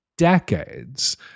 decades